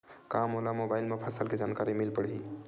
का मोला मोबाइल म फसल के जानकारी मिल पढ़ही?